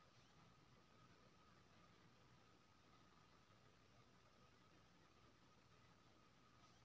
online खाता केर गांहिकी वेरिफिकेशन लेल बैंक केर मेल पर डाक्यूमेंट्स भेजबाक बेगरता छै